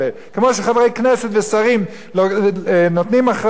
כמו שחברי הכנסת ושרים נותנים אחריות,